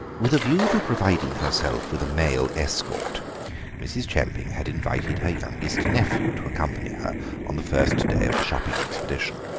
with a view to providing herself with a male escort mrs. chemping had invited her youngest nephew to accompany her on the first day of the shopping expedition,